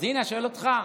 הינה, אני שואל אותך.